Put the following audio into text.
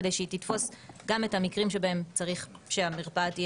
כדי שהיא תתפוס גם את המקרים בהם צריך שהמרפאה תהיה